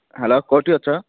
hello କେଉଁଠି ଅଛ